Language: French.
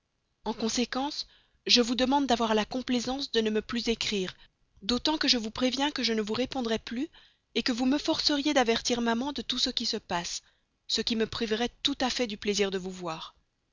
en conséquence je vous demande d'avoir la complaisance de ne plus m'écrire d'autant que je vous préviens que je ne vous répondrais plus que vous me forceriez d'avertir maman de tout ce qui se passe ce qui me priverait tout à fait du plaisir de vous voir